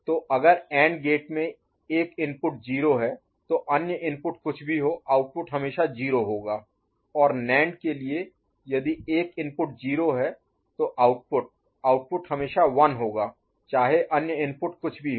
तो अगर AND gate में एक इनपुट 0 है तो अन्य इनपुट कुछ भी हो आउटपुट हमेशा 0 होगा और नैंड गेट के लिए यदि एक इनपुट 0 है तो आउटपुट आउटपुट हमेशा 1 होगा चाहे अन्य इनपुट कुछ भी हो